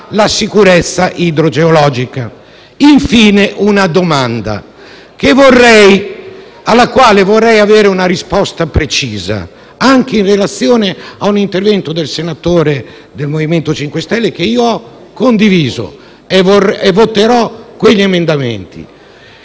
alla sicurezza idrogeologica. Pongo poi una domanda, alla quale vorrei avere una risposta precisa, anche in relazione all’intervento di un senatore del MoVimento 5 Stelle, che ho condiviso e voterò quegli emendamenti.